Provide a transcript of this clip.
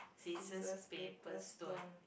scissors paper stone